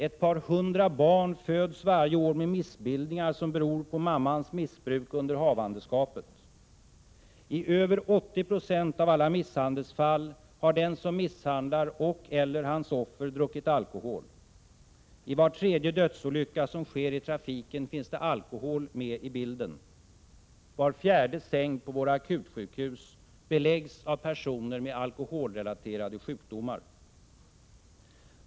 Ett par hundra barn föds varje år med missbildningar som beror på mammans missbruk under havandeskapet. I över 80 90 av alla misshandelsfall har den som misshandlar och/eller hans offer druckit alkohol. I var tredje dödsolycka som sker i trafiken finns alkohol med i bilden. Var fjärde säng på våra akutsjukhus beläggs av personer med alkoholrelaterade sjukdomar.